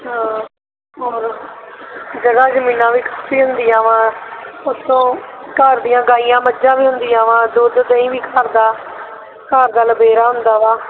ਹਾਂ ਹੋਰ ਜਗ੍ਹਾ ਜ਼ਮੀਨਾਂ ਵੀ ਕਾਫੀ ਹੁੰਦੀਆਂ ਵਾ ਉੱਥੋਂ ਘਰ ਦੀਆਂ ਗਾਈਆਂ ਮੱਝਾਂ ਵੀ ਹੁੰਦੀਆਂ ਵਾ ਦੁੱਧ ਦਹੀਂ ਵੀ ਘਰ ਦਾ ਘਰ ਦਾ ਲਵੇਰਾ ਹੁੰਦਾ ਵਾ